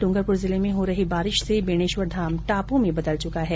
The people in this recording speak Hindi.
डूंगरपुर जिले में हो रही बारिश से बेणेश्वर धाम टापू में बदल चुका है